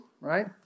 right